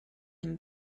him